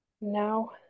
No